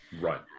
Right